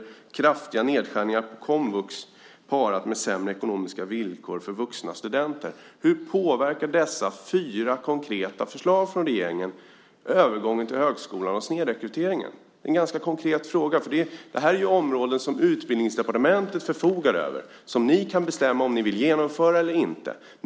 Det är kraftiga nedskärningar på komvux parat med sämre ekonomiska villkor för vuxna studenter. Hur påverkar dessa fyra konkreta förslag från regeringen övergången till högskolan och snedrekryteringen? Det är en ganska konkret fråga. Det här är ju områden som Utbildningsdepartementet förfogar över. Ni kan bestämma om ni vill genomföra det eller inte.